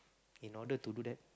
in order to do that